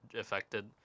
affected